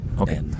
Okay